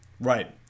Right